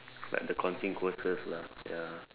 like the consequences lah ya